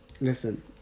Listen